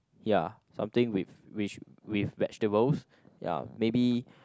ya something with which with vegetables ya maybe